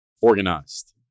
Organized